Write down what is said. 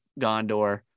gondor